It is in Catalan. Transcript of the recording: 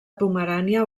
pomerània